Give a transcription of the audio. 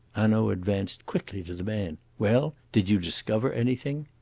hanaud advanced quickly to the man. well! did you discover anything?